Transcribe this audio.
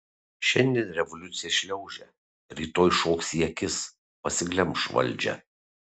šiandien revoliucija šliaužia rytoj šoks į akis pasiglemš valdžią